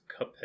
Cuphead